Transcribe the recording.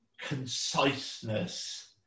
conciseness